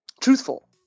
truthful